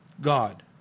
God